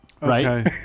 Right